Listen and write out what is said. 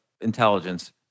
intelligence